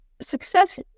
success